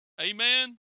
Amen